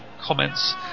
comments